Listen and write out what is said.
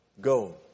Go